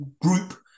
group